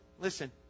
listen